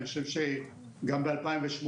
אני חושב שגם ב-2018,